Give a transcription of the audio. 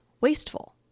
wasteful